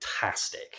fantastic